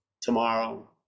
tomorrow